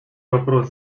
вопрос